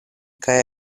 kaj